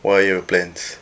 what are your plans